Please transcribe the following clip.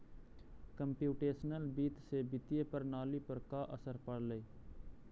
computational वित्त से वित्तीय प्रणाली पर का असर पड़लइ